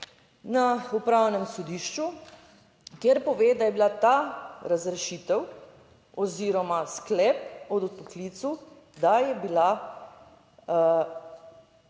na Upravnem sodišču, kjer pove, da je bila ta razrešitev oziroma sklep o odpoklicu, da je bila nepravilna